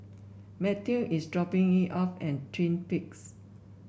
Matthew is dropping me off at Twin Peaks